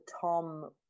Tom